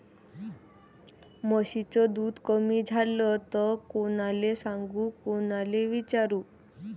म्हशीचं दूध कमी झालं त कोनाले सांगू कोनाले विचारू?